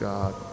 God